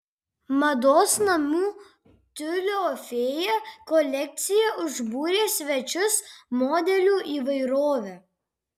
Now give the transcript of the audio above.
mados namų tiulio fėja kolekcija užbūrė svečius modelių įvairove